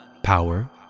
power